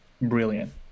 brilliant